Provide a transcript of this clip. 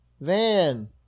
Van